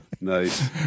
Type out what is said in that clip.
nice